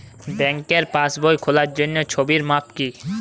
ব্যাঙ্কে পাসবই খোলার জন্য ছবির মাপ কী?